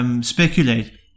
Speculate